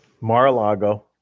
Mar-a-Lago